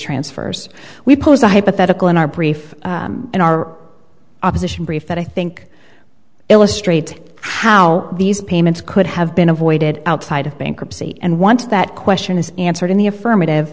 transfers we pose a hypothetical in our brief in our opposition brief that i think illustrates how these payments could have been avoided outside of bankruptcy and once that question is answered in the affirmative